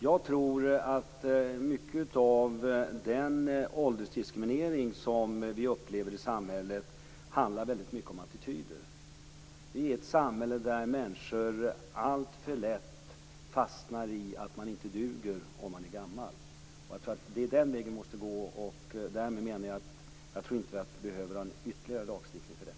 Jag tror att mycket av den åldersdiskriminering som vi upplever i samhället handlar väldigt mycket om attityder. Vi lever i ett samhälle där människor alltför lätt fastnar i att man inte duger om man är gammal. Jag tror alltså att det är den vägen vi måste gå, och därmed menar jag att jag inte tror att vi behöver ha någon ytterligare lagstiftning för detta.